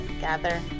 gather